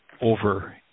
over